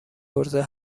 عرضه